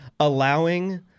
Allowing